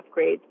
upgrades